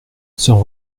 sans